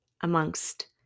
amongst